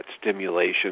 stimulation